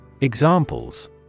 Examples